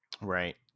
Right